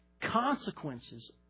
Consequences